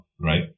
right